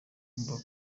umva